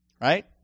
right